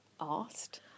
asked